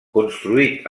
construït